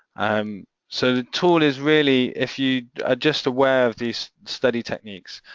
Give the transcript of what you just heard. um so the tool is really, if you are just aware of these study techniques,